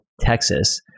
Texas